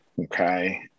okay